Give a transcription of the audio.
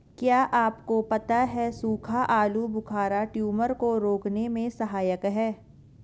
क्या आपको पता है सूखा आलूबुखारा ट्यूमर को रोकने में सहायक है?